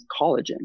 collagen